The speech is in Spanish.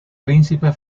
príncipe